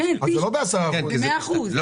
סוף סוף למדת מאיתנו משהו.